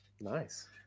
nice